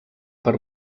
per